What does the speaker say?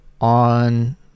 on